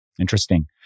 Interesting